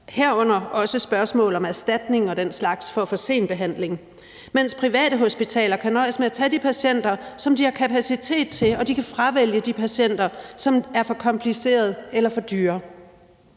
herunder også spørgsmål om erstatning og den slags for for sen behandling. Private hospitaler kan derimod nøjes med at tage de patienter, som de har kapacitet til, og de kan fravælge de patienter, som er for komplicerede eller for dyre.